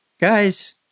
guys